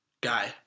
guy